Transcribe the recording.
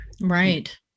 Right